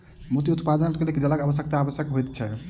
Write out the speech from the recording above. मोती उत्पादनक लेल जलक उपलब्धता आवश्यक होइत छै